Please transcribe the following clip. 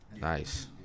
Nice